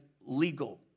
legal